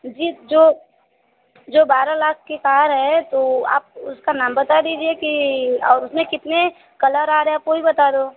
जी जो जो बारह लाख की कार है तो आप उसका नाम बता दीजिए कि और उसमें कितने कलर आ रहे हैं आप वो भी बता दो